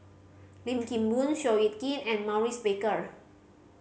Lim Kim Boon Seow Yit Kin and Maurice Baker